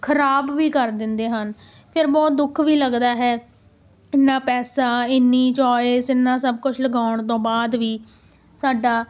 ਖ਼ਰਾਬ ਵੀ ਕਰ ਦਿੰਦੇ ਹਨ ਫਿਰ ਬਹੁਤ ਦੁੱਖ ਵੀ ਲੱਗਦਾ ਹੈ ਇੰਨਾ ਪੈਸਾ ਇੰਨੀ ਚੋਇਸ ਇੰਨਾ ਸਭ ਕੁਛ ਲਗਾਉਣ ਤੋਂ ਬਾਅਦ ਵੀ ਸਾਡਾ